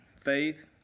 faith